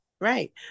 Right